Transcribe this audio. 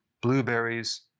blueberries